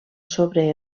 sobre